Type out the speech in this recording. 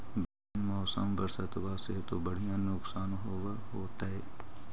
बिन मौसम बरसतबा से तो बढ़िया नुक्सान होब होतै?